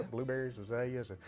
blueberries, azaleas.